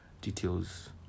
details